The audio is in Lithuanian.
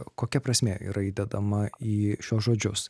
kokia prasmė yra įdedama į šiuos žodžius